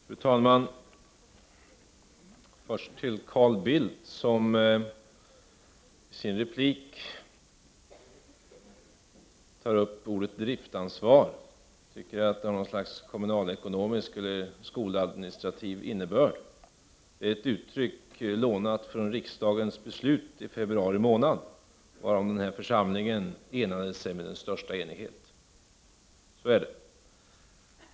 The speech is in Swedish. Fru talman! Först några ord till Carl Bildt som i sin replik nämnde ordet driftsansvar. Det skulle ha en kommunalekonomisk eller skoladministrativ innebörd. Det är ett uttryck som är lånat från riksdagens beslut i februari månad varvid i den här församlingen rådde största enighet. Så är det!